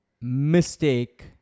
mistake